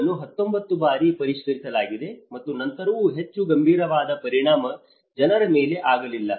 ಅದನ್ನು 19 ಬಾರಿ ಪರಿಷ್ಕರಿಸಲಾಗಿದೆ ಮತ್ತು ನಂತರವೂ ಹೆಚ್ಚು ಗಂಭೀರವಾದಪರಿಣಾಮ ಜನರ ಮೇಲೆ ಆಗಲಿಲ್ಲ